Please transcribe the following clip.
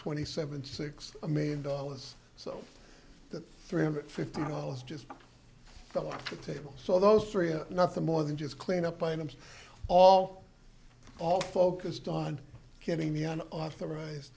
twenty seven six million dollars so that three hundred fifty dollars just fell off the table so those syria nothing more than just clean up items all all focused on getting me an authorized